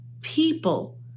people